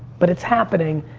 but it's happening.